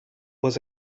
was